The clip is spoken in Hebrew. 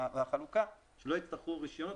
והחלוקה, שלא יצטרכו רישיונות.